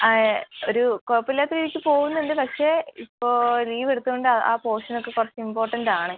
അതെ ഒരു കുഴപ്പം ഇല്ലാത്ത രീതിക്ക് പോവുന്നുണ്ട് പക്ഷെ ഇപ്പോൾ ലീവ് എടുത്തുകൊണ്ട് അ ആ പോഷനൊക്കെ കുറച്ച് ഇമ്പോർട്ടൻറ്റാണ്